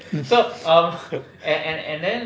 mm